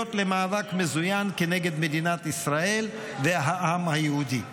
קריאות למאבק מזוין כנגד מדינת ישראל והעם היהודי.